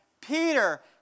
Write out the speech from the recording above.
Peter